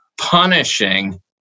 punishing